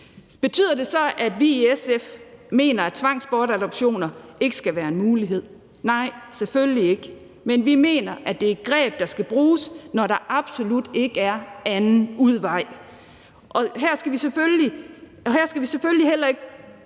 Betyder det så, at vi i SF mener, at tvangsbortadoptioner ikke skal være en mulighed? Nej, selvfølgelig ikke, men vi mener, at det er et greb, der skal bruges, når der absolut ikke er anden udvej. Det skal selvfølgelig heller ikke